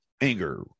anger